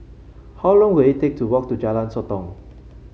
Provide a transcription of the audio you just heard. how long will it take to walk to Jalan Sotong